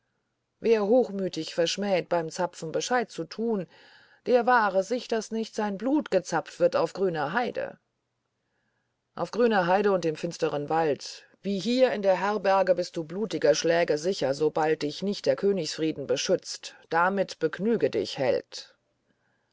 wer hochmütig verschmäht beim zapfen bescheid zu tun der wahre sich daß nicht sein blut gezapft wird auf grüner heide auf grüner heide und im finsteren wald wie hier in der herberge bist du blutiger schläge sicher sobald dich nicht der königsfrieden schützt damit begnüge dich held